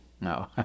No